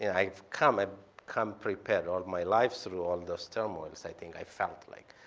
and i've come ah come prepared. all my life, through all those turmoils, i think i felt like